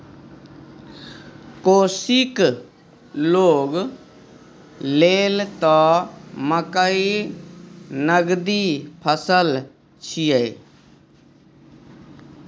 कोशीक लोग लेल त मकई नगदी फसल छियै